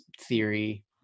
theory